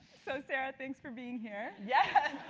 so sarah, thanks for being here. yeah